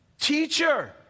teacher